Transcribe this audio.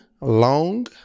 Long